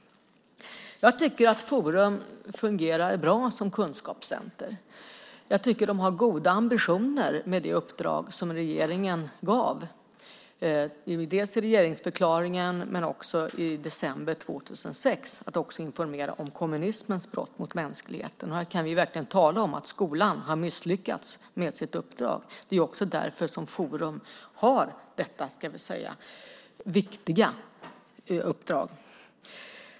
Jag tycker att Forum för levande historia fungerar bra som kunskapscenter. Jag tycker att de har goda ambitioner med det uppdrag som regeringen gav, dels i regeringsförklaringen, dels i december 2006 om att också informera om kommunismens brott mot mänskligheten. Här kan vi verkligen tala om att skolan har misslyckats med sitt uppdrag. Det är också därför Forum har detta viktiga uppdrag.